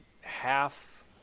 half